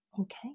Okay